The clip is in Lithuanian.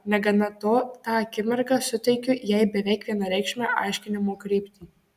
negana to tą akimirką suteikiu jai beveik vienareikšmę aiškinimo kryptį